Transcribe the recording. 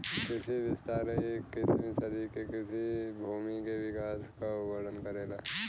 कृषि विस्तार इक्कीसवीं सदी के कृषि भूमि के विकास क वर्णन करेला